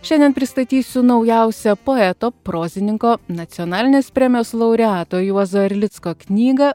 šiandien pristatysiu naujausią poeto prozininko nacionalinės premijos laureato juozo erlicko knygą